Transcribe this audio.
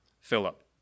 Philip